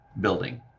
building